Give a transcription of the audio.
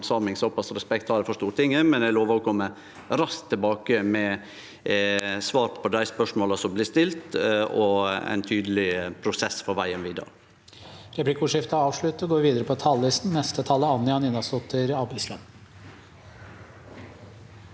handsaming – såpass respekt har eg for Stortinget – men eg lovar å kome raskt tilbake med svar på dei spørsmåla som blir stilte, og ein tydeleg prosess for vegen vidare.